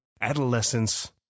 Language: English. adolescence